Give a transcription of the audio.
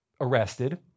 arrested